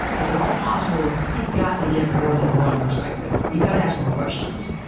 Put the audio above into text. if at all possible, you've got to get more than one perspective, you've got to ask more questions.